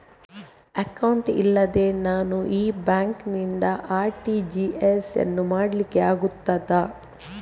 Account ಇಲ್ಲದೆ ನಾನು ಈ ಬ್ಯಾಂಕ್ ನಿಂದ ಆರ್.ಟಿ.ಜಿ.ಎಸ್ ಯನ್ನು ಮಾಡ್ಲಿಕೆ ಆಗುತ್ತದ?